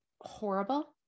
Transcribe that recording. horrible